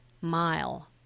mile